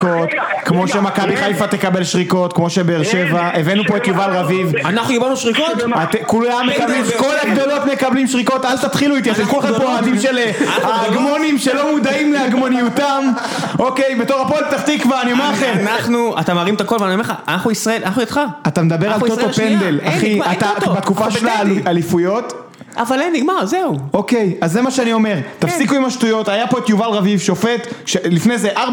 כמו שמכבי חיפה תקבל שריקות, כמו שבאר שבע ... הבאנו פה את יובל רביב. אנחנו קיבלנו שריקות? הכול היה מקבל... את כל הכתלות מקבלים שריקות, אל תתחילו איתי! אתם כולכם אוהדים של הגמונים שלא מודעים להגמוניותם. אוקי בתור הפועל פתח תקווה, אני אומר לכם. אנחנו... אתה מרים את הקול אבל אני אומר לך אנחנו ישראל... אנחנו איתך. את מדבר על טוטו פנדל אחי אתה בתקופה של האליפויות. אבל אין נגמר זהו אוקי אז זה מה שאני אומר תפסיקו עם השטויות, היה פה את יובל רביב שופט, לפני זה א...